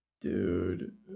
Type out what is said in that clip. Dude